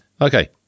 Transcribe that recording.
Okay